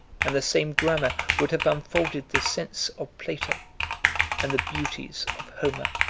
and the same grammar would have unfolded the sense of plato and the beauties of homer.